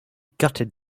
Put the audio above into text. gutted